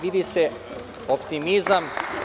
Vidi se optimizam.